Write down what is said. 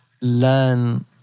learn